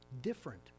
different